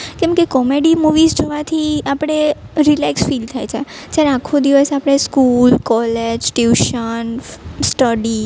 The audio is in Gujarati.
કેમકે કોમેડી મુવીઝ જોવાથી આપણે રિલેક્સ ફીલ થાય છે જ્યારે આખો દિવસ આપણે સ્કૂલ કોલેજ ટ્યૂશન સ્ટડી